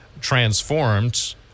transformed